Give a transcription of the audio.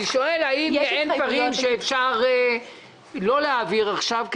אני שואל האם אין דברים שאפשר לא להעביר עכשיו,